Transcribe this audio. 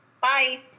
Bye